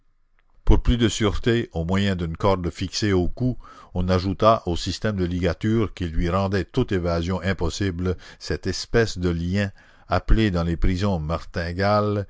pour plus de sûreté au moyen d'une corde fixée au cou on ajouta au système de ligatures qui lui rendaient toute évasion impossible cette espèce de lien appelé dans les prisons martingale